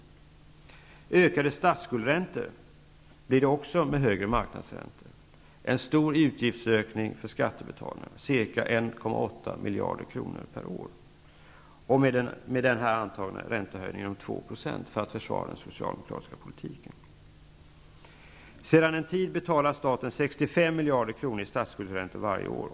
Det blir också ökade statsskuldräntor med högre marknadsräntor -- en stor utgiftsökning för skattebetalarna, ca 1,8 miljarder kronor per år. Detta med den antagna räntehöjningen om 2 % för att Socialdemokraterna skall kunna försvara sin politik. Sedan en tid betalar staten 65 miljarder kronor i statsskuldräntor varje år.